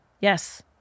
Yes